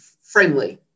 friendly